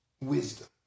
wisdom